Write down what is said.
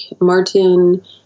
Martin